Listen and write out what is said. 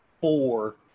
four